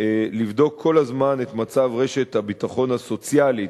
לבדוק כל הזמן את מצב רשת הביטחון הסוציאלית,